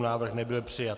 Návrh nebyl přijat.